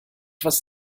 was